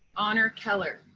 honor keller.